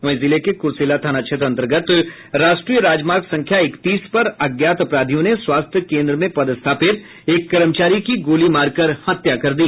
वहीं जिले के कुरसेला थाना क्षेत्र अंतर्गत राष्ट्रीय राजमार्ग संख्या इकतीस पर अज्ञात अपराधियों ने स्वास्थ्य केन्द्र में पदस्थापित एक कर्मचारी की गोली मारकर हत्या कर दी